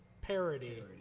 Parody